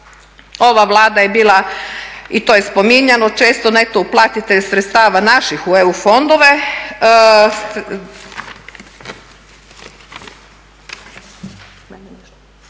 Ova Vlada je bila i to je spominjano često, … uplatitelj sredstava naših u EU fondove.